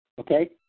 Okay